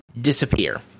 disappear